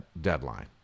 deadline